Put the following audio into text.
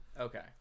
Okay